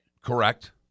Correct